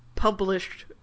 Published